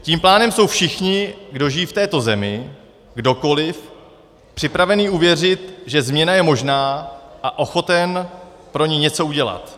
Tím pádem jsou všichni, kdo žijí v této zemi, kdokoliv, připravení uvěřit, že změna je možná, a ochoten pro ni něco udělat.